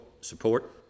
support